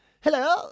Hello